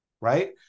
right